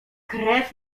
krew